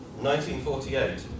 1948